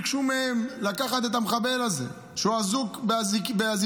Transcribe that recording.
ביקשו מהם לקחת את המחבל הזה כשהוא אזוק באזיקונים: